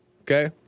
okay